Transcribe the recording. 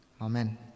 Amen